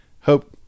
hope